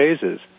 phases